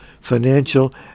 financial